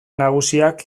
nagusiak